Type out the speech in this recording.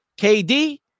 KD